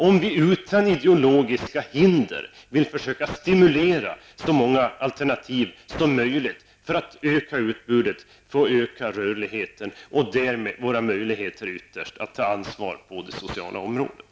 Om vi utan ideologiska hinder vill försöka stimulera så många alternativ som möjligt för att öka utbudet, och därmed våra möjligheter att ta ansvar på det sociala området.